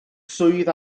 swydd